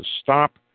stop